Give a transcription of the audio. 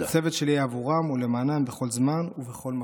הצוות שלי היה עבורם ולמענם בכל זמן ובכל מקום.